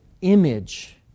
image